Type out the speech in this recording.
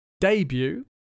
debut